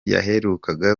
yaherukaga